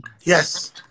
Yes